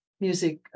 music